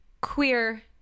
queer